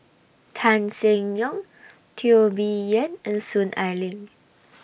Tan Seng Yong Teo Bee Yen and Soon Ai Ling